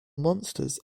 monsters